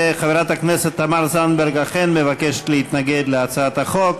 וחברת הכנסת תמר זנדברג אכן מבקשת להתנגד להצעת החוק.